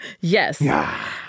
Yes